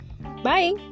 Bye